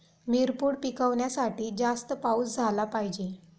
मिरपूड पिकवण्यासाठी जास्त पाऊस झाला पाहिजे